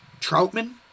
Troutman